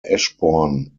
eschborn